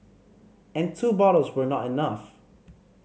and two bottles were not enough